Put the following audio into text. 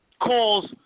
calls